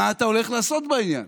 מה אתה הולך לעשות בעניין?